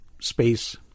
space